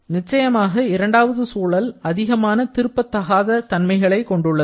நிச்சயமாக இரண்டாவது சூழல் அதிகமான திருப்ப தகாத தன்மைகளை கொண்டுள்ளது